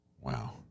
Wow